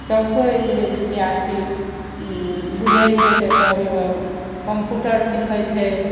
सभकोइ जे विद्यार्थी बुझैत छै तऽ तब होबे कम्प्यूटर सिखैत छै